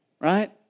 Right